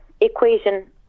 equation